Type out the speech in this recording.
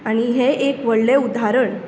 आनी हे एक व्हडलें उदाहरण